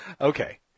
Okay